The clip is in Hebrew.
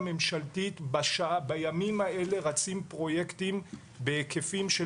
בימים האלה רצים פרויקטים בהיקפים של